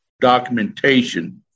documentation